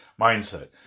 mindset